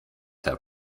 have